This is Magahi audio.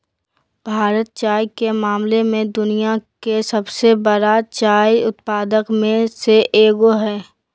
भारत चाय के मामला में दुनिया के सबसे बरा चाय उत्पादक में से एगो हइ